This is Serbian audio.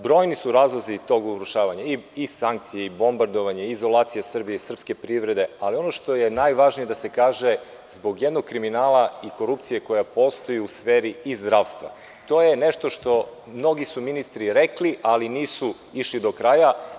Brojni su razlozi tog urušavanja – sankcije, bombardovanje, izolacija Srbije i srpske privrede, ali ono što je najvažnije da se kaže – zbog jednog kriminala i korupcije koja postoji u sferi i zdravstva, to je nešto što su mnogi ministri rekli, ali nisu išli do kraja.